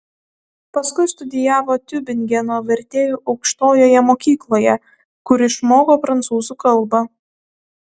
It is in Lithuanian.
paskui studijavo tiubingeno vertėjų aukštojoje mokykloje kur išmoko prancūzų kalbą